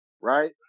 right